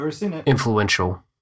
influential